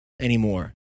anymore